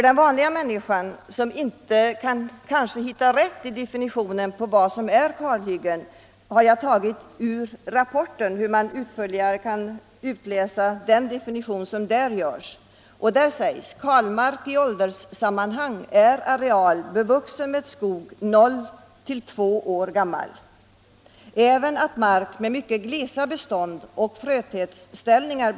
Den vanliga människan kanske inte känner till vad som skall räknas som kalhyggen. I kalhyggesgruppens rapport definieras kalhyggen på detta sätt: ”Kalmark i åldersklassammanhang är den areal som är bevuxen med skog i medelåldrarna 0-2 år. Till kalmark räknas i detta sammanhang även mycket glesa bestånd och fröträdsställningar.